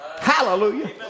Hallelujah